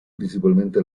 principalmente